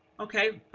okay,